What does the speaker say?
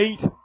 eight